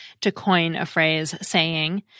to-coin-a-phrase-saying